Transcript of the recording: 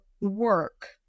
work